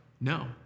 no